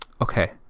okay